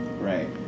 Right